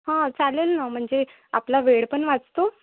हां चालेल ना म्हणजे आपला वेळ पण वाचतो